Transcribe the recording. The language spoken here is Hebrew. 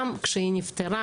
אני חייבת לציין שכשהיא נפטרה,